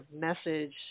message